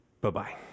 Bye-bye